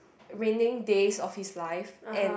remaining days of his life and